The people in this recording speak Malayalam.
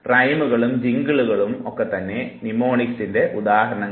റൈമുകളും ജിങ്കിളുകളും ആണ് നിമോണിക്സിൻറെ ഉദാഹരണങ്ങൾ